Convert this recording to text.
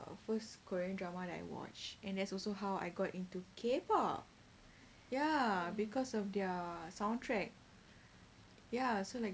first korean drama that I watch and that's also how I got into K pop ya because of their soundtrack ya so like